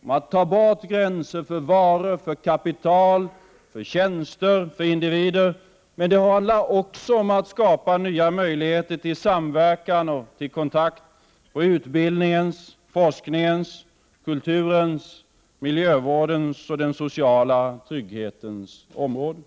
Man tar bort gränser för varor, kapital, tjänster och individer. Men det handlar också om att skapa nya möjligheter till samverkan och kontakt på utbildningens, forskningens, kulturens, miljövårdens och den sociala trygghetens områden.